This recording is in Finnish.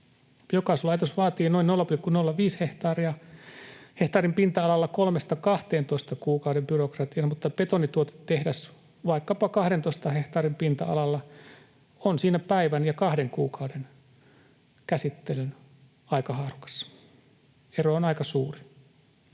Biokaasulaitos vaatii noin 0,05 hehtaarin pinta-alalla kolmesta kahteentoista kuukauden byrokratiaa, mutta betonituotetehdas vaikkapa 12 hehtaarin pinta-alalla on siinä päivän ja kahden kuukauden käsittelyn aikahaarukassa. Ero on aika suuri.